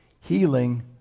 Healing